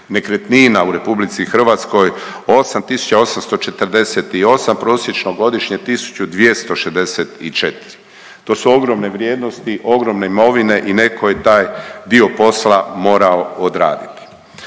nekretnina u RH 8 tisuća 848, prosječno godišnje 1.264. To su ogromne vrijednosti, ogromne imovine i neko je taj dio posla morao odraditi.